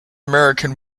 american